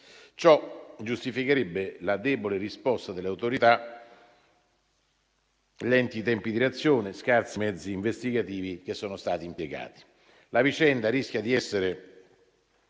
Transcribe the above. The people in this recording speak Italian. Ciò giustificherebbe la debole risposta delle autorità, i lenti tempi di reazione, gli scarsi mezzi investigativi che sono stati impiegati. La vicenda rischia di avere